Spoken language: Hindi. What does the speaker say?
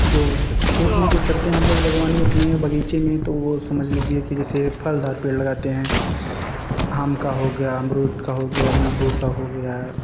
जो खेत में जो करते हैं हम लोग बगवानी अपने बगीचे में तो वह समझ लीजिए कि जैसे फलदार पेड़ लगाते हैं आम का हो गया अमरूद का हो गया नींबू का हो गया